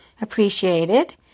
appreciated